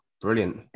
brilliant